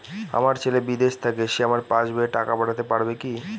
আমার ছেলে বিদেশে থাকে সে আমার পাসবই এ টাকা পাঠাতে পারবে কি?